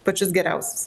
pačius geriausius